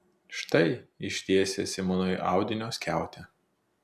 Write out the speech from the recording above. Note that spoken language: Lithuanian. štai ištiesė simonui audinio skiautę